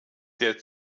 der